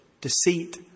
deceit